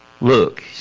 Look